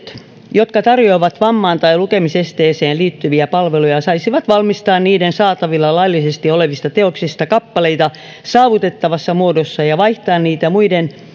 jotka tarjoavat vammaan tai lukemisesteeseen liittyviä palveluja saisivat valmistaa niiden saatavilla laillisesti olevista teoksista kappaleita saavutettavassa muodossa ja ja vaihtaa niitä muiden